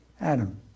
Adam